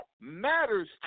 matters